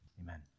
amen